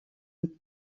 een